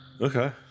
Okay